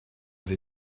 sie